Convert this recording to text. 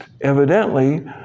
evidently